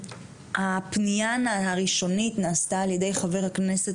הפנייה הראשונית נעשתה על ידי חבר הכנסת